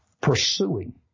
Pursuing